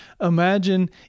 imagine